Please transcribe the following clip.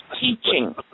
teaching